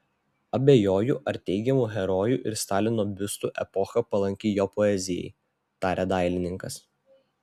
abejoju ar teigiamų herojų ir stalino biustų epocha palanki jo poezijai tarė dailininkas